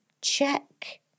check